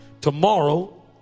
tomorrow